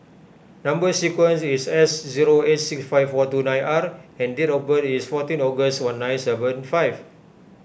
Number Sequence is S zero eight six five four two nine R and date of birth is fourteen August one nine seven five